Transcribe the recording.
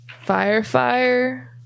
Firefire